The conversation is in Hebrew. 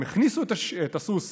הם הכניסו את הסוס